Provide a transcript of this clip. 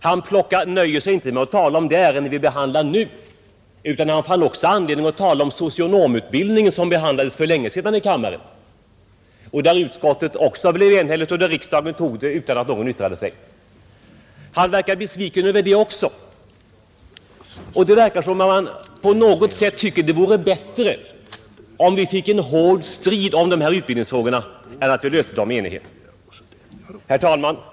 Han nöjde sig inte med att tala om det ärende vi behandlar nu, utan han fann också anledning att tala om socionomutbildningen som behandlades för länge sedan i kammaren och där utskottet också blev enhälligt och där riksdagen tog förslaget utan att någon yttrade sig. Han verkar besviken över det också, och det förefaller som om han tycker att det vore bättre med en hård strid om dessa utbildningsfrågor än beslut i enighet. Herr talman!